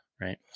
right